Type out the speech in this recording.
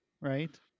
right